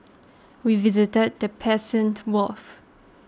we visited the Persian Gulf